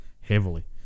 heavily